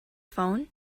phone